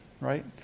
right